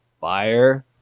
fire